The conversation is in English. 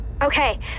Okay